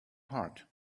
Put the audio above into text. heart